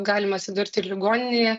galima atsidurti ir ligoninėje